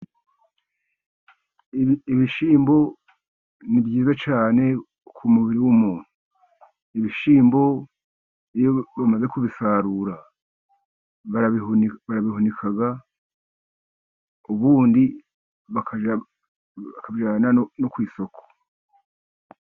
Ibishyimbo ni byiza cyane ku mubiri w'umuntu. Ibishyimbo iyo bamaze kubisarura barabihunika, ubundi bakabijyana no ku isoko.